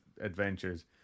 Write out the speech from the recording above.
adventures